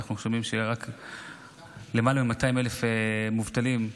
ואנחנו שומעים על למעלה מ-200,000 מובטלים,